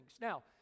Now